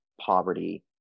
poverty